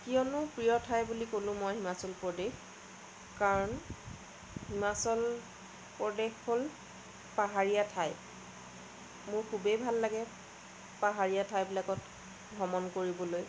কিয়নো প্ৰিয় ঠাই বুলি ক'লো মই হিমাচল প্ৰদেশ কাৰণ হিমাচল প্ৰদেশ হ'ল পাহাৰীয়া ঠাই মোৰ খুবেই ভাল লাগে পাহাৰীয়া ঠাই বিলাকত ভ্ৰমণ কৰিবলৈ